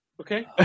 okay